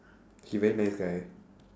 he very nice guy